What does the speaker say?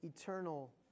Eternal